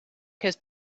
his